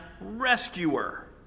rescuer